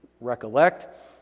recollect